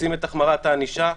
רוצים את החמרת הענישה.